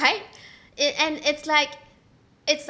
right it and it's like it's